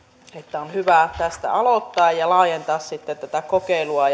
on hyvä tästä aloittaa ja ja laajentaa sitten kokeilua